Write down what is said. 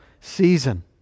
season